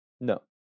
no